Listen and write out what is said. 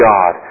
God